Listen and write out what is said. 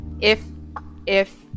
If-if